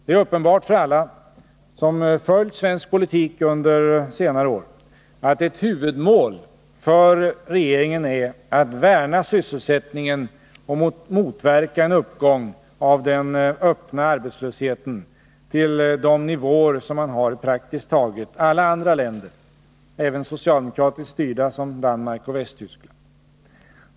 Det är uppenbart för alla som följt svensk politik under senare år, att ett huvudmål för regeringen är att värna sysselsättningen och motverka en uppgång av den öppna arbetslösheten till de nivåer som man har i praktiskt taget alla andra länder, även socialdemokratiskt styrda som Danmark och Västtyskland.